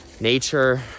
nature